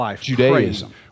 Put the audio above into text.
Judaism